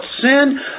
sin